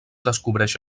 descobreix